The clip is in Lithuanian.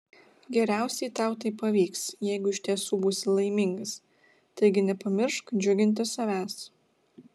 geriausiai tau tai pavyks jeigu iš tiesų būsi laimingas taigi nepamiršk džiuginti savęs